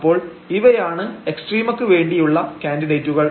അപ്പോൾ ഇവയാണ് എക്സ്ട്രീമക്ക് വേണ്ടിയുള്ള കാന്ഡിഡേറ്റുകൾ